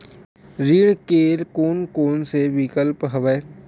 ऋण के कोन कोन से विकल्प हवय?